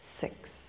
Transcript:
six